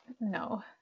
no